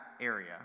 area